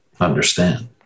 understand